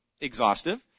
exhaustive